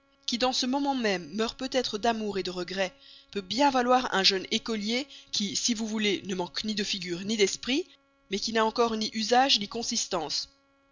qui dans ce moment même meurt peut-être d'amour de regret peut bien valoir un jeune écolier qui si vous voulez ne manque ni de figure ni d'esprit mais qui n'a encore ni usage ni consistance